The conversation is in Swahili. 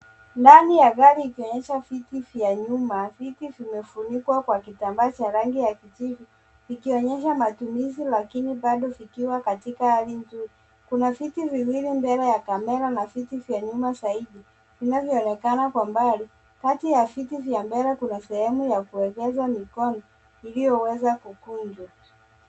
Ndani ya gari ikionyesha viti vya nyuma. Viti vimefunikwa kwa kitambaa cha rangi ya kijivu ikionyesha matumizi lakini bado vikiwa katika hali nzuri. Kuna viti viwili mbele ya kamera na viti vya nyuma zaidi vinavyoonekana kwa mbali. Kati ya viti vya mbele kuna sehemu ya kuegesha mikono iliyoweza kukunjwa.